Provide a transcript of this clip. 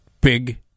Big